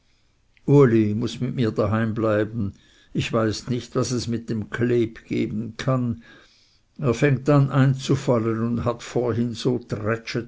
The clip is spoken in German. uli muß mit mir daheim bleiben ich weiß nicht was es mit dem kleb geben kann er fängt an einzufallen und hat vorhin so